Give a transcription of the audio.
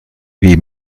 wie